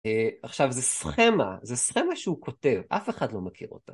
עכשיו זה סכמה, זה סכמה שהוא כותב, אף אחד לא מכיר אותה.